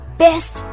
best